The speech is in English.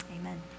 amen